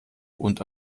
und